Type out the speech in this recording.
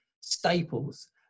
staples